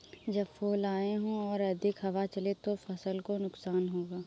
जब फूल आए हों और अधिक हवा चले तो फसल को नुकसान होगा?